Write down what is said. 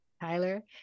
Tyler